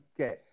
Okay